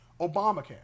Obamacare